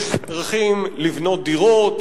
יש דרכים לבנות דירות,